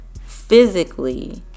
physically